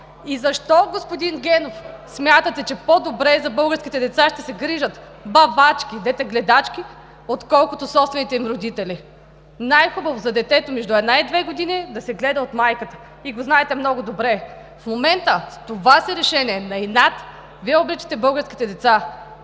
И защо, господин Генов, смятате, че по-добре за българските деца ще се грижат бавачки, детегледачки, отколкото собствените им родители? Най-хубаво за детето между една и две години е да се гледа от майката. И го знаете много добре. В момента с това си решение на инат Вие обричате българските деца.